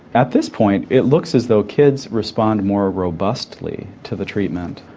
at this point it looks as though kids respond more robustly to the treatment.